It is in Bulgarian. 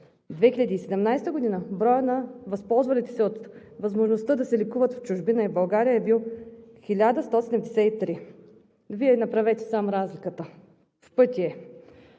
2017 г. броят на възползвалите се от възможността да се лекуват в чужбина и в България е бил 1173. Вие направете сам разликата – в пъти е.